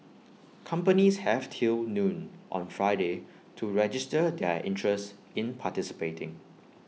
companies have till noon on Friday to register their interest in participating